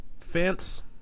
fence